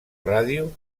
ràdio